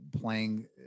Playing